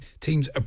teams